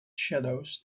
shadows